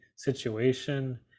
Situation